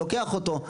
אז לוקח אותו.